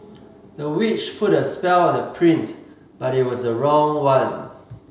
the witch put a spell on the prince but it was the wrong one